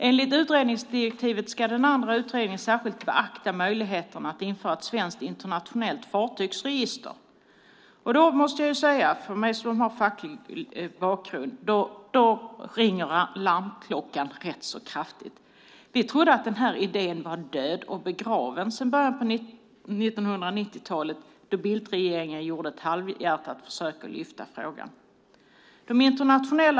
Enligt utredningsdirektivet ska den andra utredningen särskilt beakta möjligheten att införa ett svenskt internationellt fartygsregister. För mig som har facklig bakgrund ringer då larmklockan rätt så kraftigt. Vi trodde att den här idén var död och begraven sedan början av 1990-talet, då Bildtregeringen gjorde ett halvhjärtat försök att lyfta fram frågan.